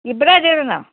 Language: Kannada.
ಇಬ್ರು ಅದಿವ್ರಿ ನಾವು